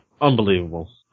Unbelievable